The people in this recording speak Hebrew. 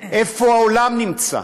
איפה העולם נמצא?